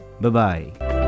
Bye-bye